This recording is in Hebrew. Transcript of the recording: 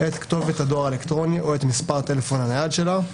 את כתובת הדואר האלקטרוני או את מספר הטלפון הנייד שלה.